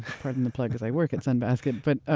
pardon the plug because i work at sun basket, but